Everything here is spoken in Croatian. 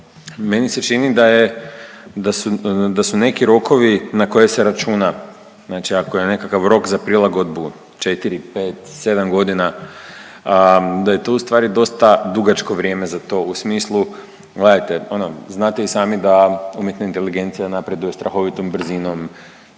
meni se čini da su neki rokovi na koje se računa, znači ako je nekakav rok za prilagodbu četiri, pet, sedam godina da je to ustvari dosta dugačko vrijeme za to u smislu gledajte ono znate i sami da umjetna inteligencija napreduje strahovitom brzinom